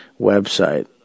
website